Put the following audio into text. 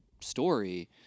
story